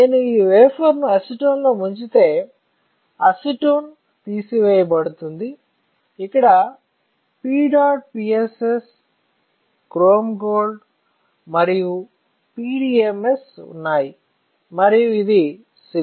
నేను ఈ వేఫర్ ను అసిటోన్ లో ముంచితే అసిటోన్ తీసివేయబడుతుంది ఇక్కడ PEDOTPSS క్రోమ్ గోల్డ్ మరియు PDMS ఉన్నాయి మరియు ఇది సిలికాన్